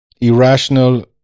irrational